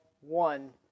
one